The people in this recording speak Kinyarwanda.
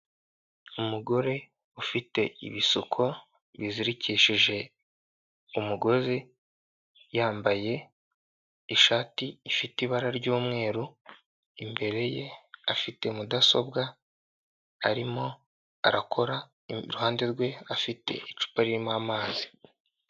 Umugore ufite ibisuko bizirikishije umugozi, yambaye ishati ifite ibara ry'umweru. Imbere ye afite mudasobwa, arimo arakora. Iruhande rwe afite icupa ririmo amazi.